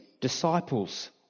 disciples